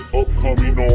upcoming